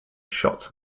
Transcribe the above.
shots